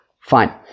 Fine